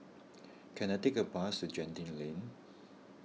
can I take a bus to Genting Lane